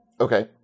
Okay